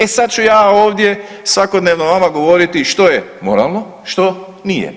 E sad ću ja ovdje svakodnevno vama govoriti što je moralno, što nije.